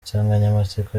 insanganyamatsiko